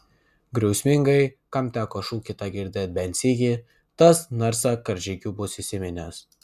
griausmingai kam teko šūkį tą girdėt bent sykį tas narsą karžygių bus įsiminęs